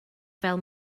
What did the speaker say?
fel